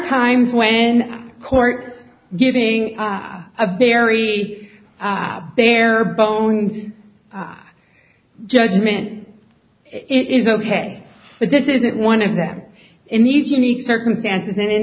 times when court giving a very bare bones judgement is ok but this isn't one of them in these unique circumstances and in